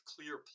clear